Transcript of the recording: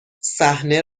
صحنه